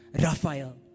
Raphael